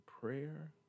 prayer